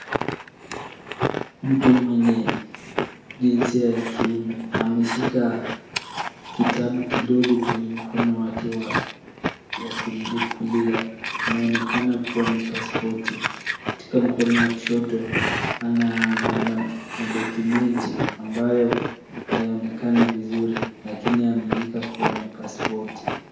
Mtu mwenye jinsia ya kiume. Ameshika kitabu kidogo kwenye mkono wake wa kulia. Inaonekana kuwa ni pasipoti .Katika mkono wa kushoto, ana [madocumenti] ambayo hayaonekani vizuri lakini yaaminika kuwa ni pasipoti.